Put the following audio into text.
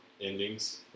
endings